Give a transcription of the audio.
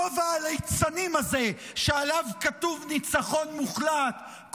כובע הליצנים הזה שעליו כתוב ניצחון מוחלט,